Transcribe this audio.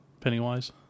Pennywise